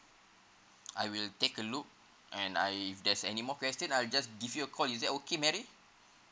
I will take a look and I if there's any more question I'll just give you a call is that okay mary